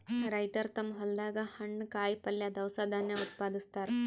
ರೈತರ್ ತಮ್ಮ್ ಹೊಲ್ದಾಗ ಹಣ್ಣ್, ಕಾಯಿಪಲ್ಯ, ದವಸ ಧಾನ್ಯ ಉತ್ಪಾದಸ್ತಾರ್